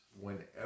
whenever